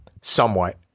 somewhat